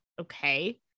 Okay